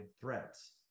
threats